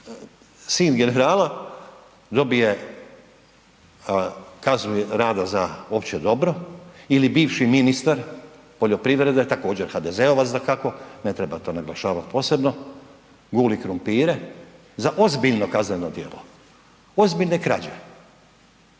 sin generala dobije kaznu rada za opće dobro ili bivši ministar poljoprivrede također HDZ-ova dakako, ne treba to naglašavati posebno, guli krumpire za ozbiljno kazneno djelo, ozbiljne krađe,